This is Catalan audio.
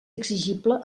exigible